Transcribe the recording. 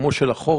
בעיצומו של החורף,